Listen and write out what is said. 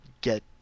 get